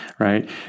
right